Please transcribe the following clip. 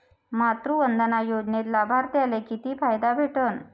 मातृवंदना योजनेत लाभार्थ्याले किती फायदा भेटन?